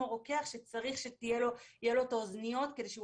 כמו רוקח שצריך שיהיה לו את האוזניות כדי שהוא